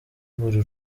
buri